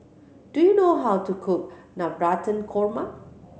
do you know how to cook Navratan Korma